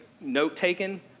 note-taken